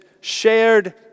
shared